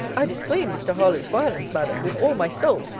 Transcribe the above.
i disclaim mr. harlowe's violence, madam, with all my soul.